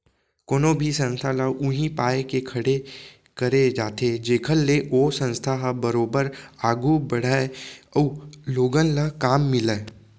कोनो भी संस्था ल उही पाय के खड़े करे जाथे जेखर ले ओ संस्था ह बरोबर आघू बड़हय अउ लोगन ल काम मिलय